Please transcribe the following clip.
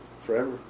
Forever